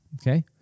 Okay